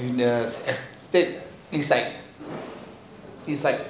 the estate things inside inside